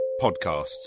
podcasts